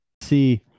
see